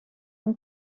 این